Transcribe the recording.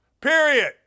Period